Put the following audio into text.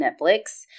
Netflix